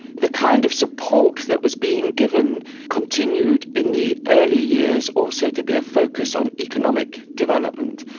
the kind of support that was being given continued in the early years also to be a focus on economic development.